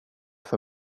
för